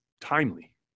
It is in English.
timely